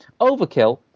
Overkill